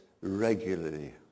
regularly